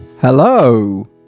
Hello